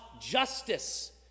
justice